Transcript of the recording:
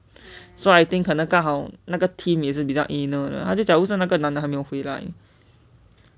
so I think 可能刚好那个 team 也是比较 anal lah 为什么那个男的还没有回来